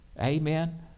Amen